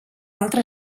altre